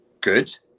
good